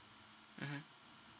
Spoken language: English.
mmhmm